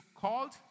called